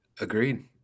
Agreed